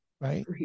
right